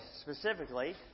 specifically